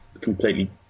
completely